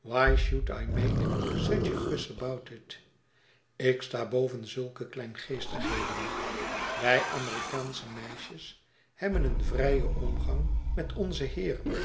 why should i make such a fuss about it ik sta boven zulke kleingeestig ij merikaansche meisjes hebben een vrijen omgang met onze heeren